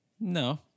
No